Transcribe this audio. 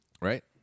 right